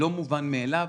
זה לא מובן מאליו,